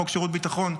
חוק שירות ביטחון,